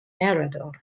narrators